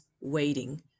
waiting